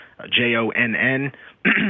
J-O-N-N